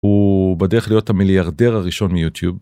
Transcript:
הוא בדרך להיות המיליארדר הראשון מיוטיוב.